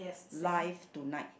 live tonight